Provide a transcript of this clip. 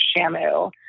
Shamu